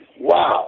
Wow